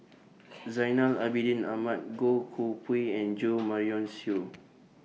Zainal Abidin Ahmad Goh Koh Pui and Jo Marion Seow